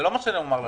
זה לא מה שנאמר לך.